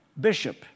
bishop